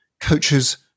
coaches